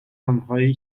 آنهایی